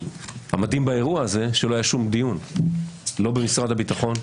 המדהים באירוע הזה הוא שלא היה שום דיון במשרד הביטחון,